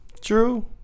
True